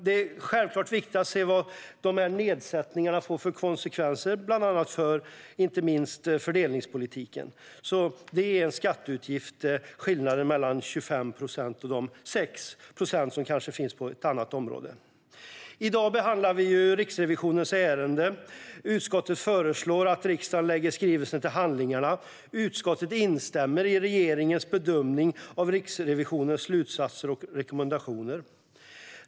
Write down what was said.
Det är självklart viktigt att se vad nedsättningarna får för konsekvenser, bland annat för inte minst fördelningspolitiken. Detta är alltså en skatteutgift: skillnaden mellan de 25 procentens moms på ett område och de 6 procentens moms på ett annat område. I dag behandlar vi Riksrevisionens skrivelse, och utskottet föreslår att riksdagen lägger den till handlingarna. Utskottet instämmer i regeringens bedömning av Riksrevisionens slutsatser och rekommendationer.